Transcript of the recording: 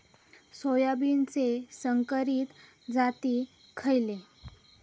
सोयाबीनचे संकरित जाती खयले?